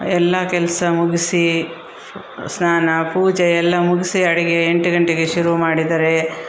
ಎಲ್ಲಾ ಕೆಲಸ ಮುಗಿಸಿ ಸ್ನಾನ ಪೂಜೆ ಎಲ್ಲಾ ಮುಗಿಸಿ ಅಡಿಗೆ ಎಂಟು ಗಂಟೆಗೆ ಶುರು ಮಾಡಿದರೆ